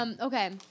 okay